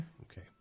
Okay